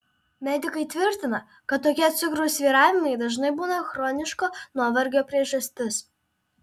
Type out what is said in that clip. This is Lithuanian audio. medikai tvirtina kad tokie cukraus svyravimai dažnai būna chroniško nuovargio priežastis